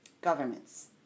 Governments